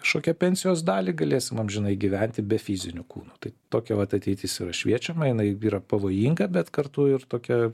kažkokią pensijos dalį galėsim amžinai gyventi be fizinio kūno tai tokia vat ateitis yra šviečiama jinai yra pavojinga bet kartu ir tokia